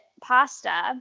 pasta